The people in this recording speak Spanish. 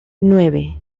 nueve